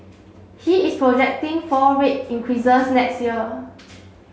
he is projecting four rate increases next year